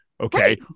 Okay